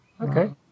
Okay